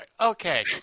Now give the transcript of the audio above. Okay